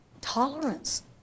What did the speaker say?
Tolerance